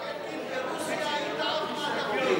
אלקין, ברוסיה היית עף מהתפקיד.